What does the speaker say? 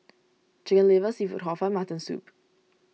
Chicken Liver Seafood Hor Fun and Mutton Soup